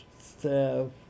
staff